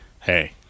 hey